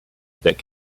that